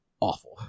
awful